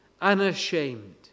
unashamed